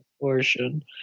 abortion